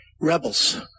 rebels